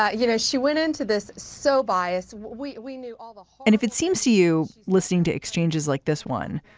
ah you know, she went into this so biased. we we knew all the and if it seems to you, listening to exchanges like this one,